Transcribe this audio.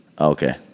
okay